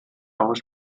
hours